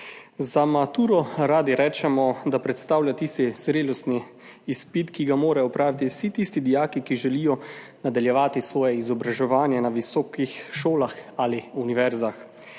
Za maturo radi rečemo, da predstavlja tisti zrelostni izpit, ki ga morajo opraviti vsi tisti dijaki, ki želijo nadaljevati svoje izobraževanje na visokih šolah ali univerzah.